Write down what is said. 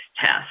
test